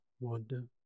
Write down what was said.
wonder